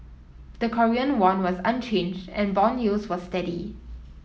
the Korean won was unchanged and bond yields were steady